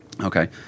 okay